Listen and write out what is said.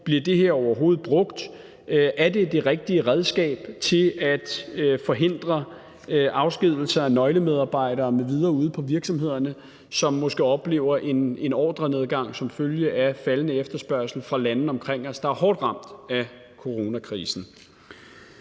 Bliver det her overhovedet brugt? Er det det rigtige redskab til at forhindre afskedigelser af nøglemedarbejdere m.v. ude på virksomhederne, som måske oplever en ordrenedgang som følge af faldende efterspørgsel fra landene omkring os, der er hårdt ramt af coronakrisen?